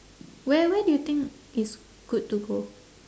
where where do you think is good to go